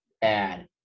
bad